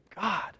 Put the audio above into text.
God